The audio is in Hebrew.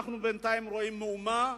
בינתיים אנחנו רואים מהומה,